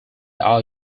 are